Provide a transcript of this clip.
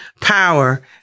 power